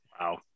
Wow